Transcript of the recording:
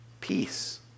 peace